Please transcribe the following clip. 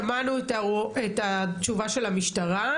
שמענו את התשובה של המשטרה,